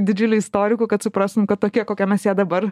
didžiuliu istoriku kad suprastum kad tokia kokią mes ją dabar